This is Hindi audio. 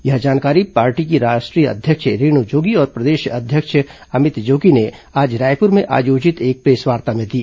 यह जानकारी पार्टी की राष्ट्रीय अध्यक्ष रेणु जोगी और प्रदेश अध्यक्ष अमित जोगी ने आज रायपुर में आयोजित एक प्रेसवार्ता में दी